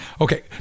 Okay